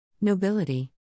Nobility